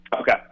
Okay